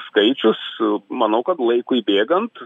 skaičius manau kad laikui bėgant